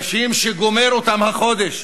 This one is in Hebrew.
אנשים שגומר אותם החודש,